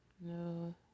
No